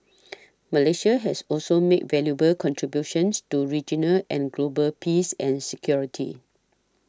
Malaysia has also made valuable contributions to regional and global peace and security